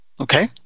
Okay